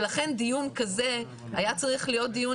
ולכן דיון כזה היה צריך להיות דיון